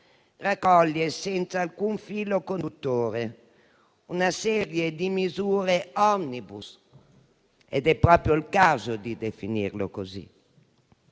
raccoglie, senza alcun filo conduttore, una serie di misure *omnibus* ed è proprio il caso di definirle così.